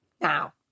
Now